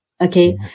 okay